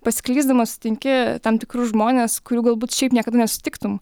pasiklysdamas sutinki tam tikrus žmones kurių galbūt šiaip niekada nesutiktum